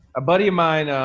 a buddy of mine,